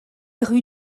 rue